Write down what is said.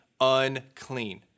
unclean